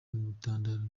bitambaro